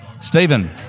Stephen